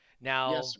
now